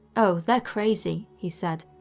oh, they're crazy he said.